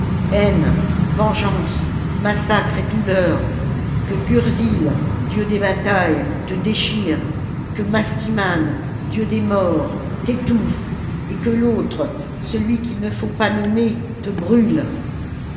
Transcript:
vengeance massacre et douleur q uc gurzil dieu des batailles te déchire que mastiman dieu des morts t'étouffe et que l'autre celui qu'il ne faut pas nommer te brûle